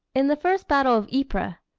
in the first battle of ypres,